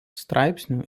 straipsnių